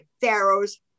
Pharaoh's